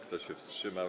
Kto się wstrzymał?